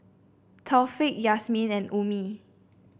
Taufik Yasmin and Ummi